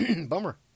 Bummer